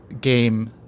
game